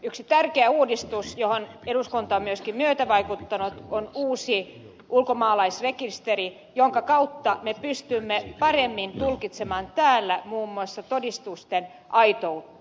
yksi tärkeä uudistus johon eduskunta on myöskin myötävaikuttanut on uusi ulkomaalaisrekisteri jonka kautta me pystymme paremmin tulkitsemaan täällä muun muassa todistusten aitoutta